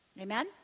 Amen